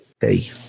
Hey